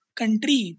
country